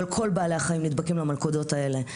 אבל כל בעלי החיים נדבקים למלכודות האלה.